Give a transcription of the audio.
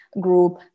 group